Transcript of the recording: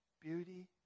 beauty